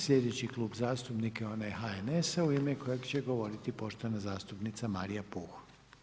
Sljedeći Klub zastupnika je onaj HNS-a u ime kojeg će govoriti poštovana zastupnica Marija Puh.